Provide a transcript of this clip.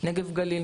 נגב גליל,